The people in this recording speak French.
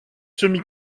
semi